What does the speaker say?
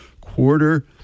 quarter